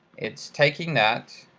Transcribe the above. it's taking that,